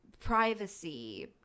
privacy